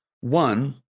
one